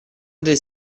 des